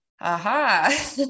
aha